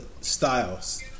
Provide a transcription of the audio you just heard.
styles